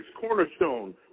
cornerstone